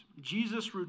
Jesus